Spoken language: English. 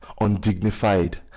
undignified